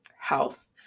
health